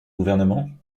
gouvernement